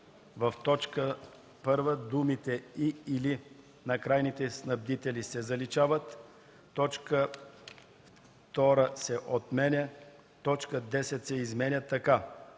В т. 1 думите „и/или на крайни снабдители” се заличават. 2. Точка 2 се отменя. 3.Точка 10 се изменя така: